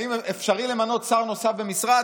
האם אפשרי למנות שר נוסף במשרד?